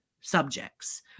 subjects